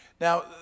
Now